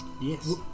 Yes